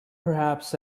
perhaps